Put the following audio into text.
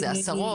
עשרות?